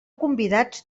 convidats